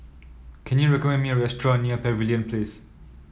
can you recommend me a restaurant near Pavilion Place